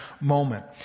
moment